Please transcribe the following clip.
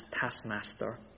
taskmaster